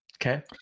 Okay